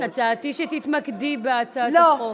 כן, הצעתי היא שתתמקדי בהצעת החוק.